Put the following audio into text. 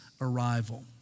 arrival